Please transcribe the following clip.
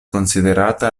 konsiderata